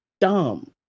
dumb